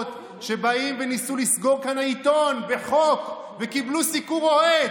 שבאו וניסו לסגור כאן עיתון בחוק וקיבלו סיקור אוהד,